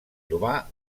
urbà